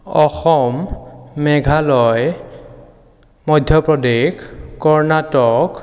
Assam Meghalaya Madhya Pradesh Karnataka